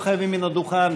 לא חייבים מן הדוכן,